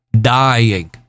Dying